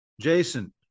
jason